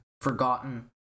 forgotten